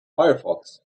firefox